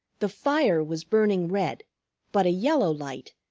the fire was burning red but a yellow light,